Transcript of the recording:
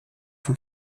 vom